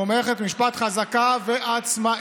הוא מערכת משפט חזקה ועצמאית,